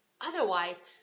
Otherwise